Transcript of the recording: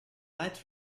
light